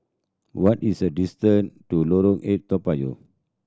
what is the distance to Lorong Eight Toa Payoh